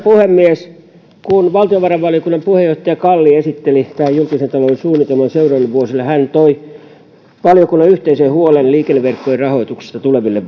puhemies kun valtiovarainvaliokunnan puheenjohtaja kalli esitteli tämän julkisen talouden suunnitelman seuraaville vuosille hän toi valiokunnan yhteisen huolen liikenneverkkojen rahoituksesta tuleville